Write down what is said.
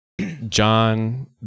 John